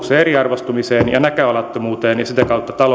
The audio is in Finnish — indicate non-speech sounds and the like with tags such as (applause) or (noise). (unintelligible) eriarvoistumiseen ja näköalattomuuteen ja sitä kautta taloudellisen